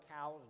cows